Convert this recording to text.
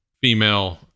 female